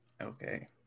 Okay